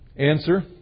answer